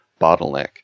bottleneck